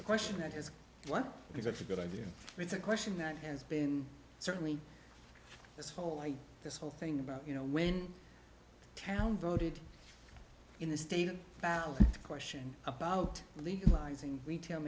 a question that has one because it's a good idea it's a question that has been certainly this whole idea this whole thing about you know when town voted in the state ballot question about legalizing retail